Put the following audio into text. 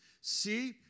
See